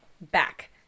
back